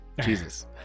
Jesus